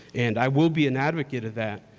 and i will be an advocate of that.